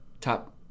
top